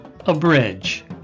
Abridge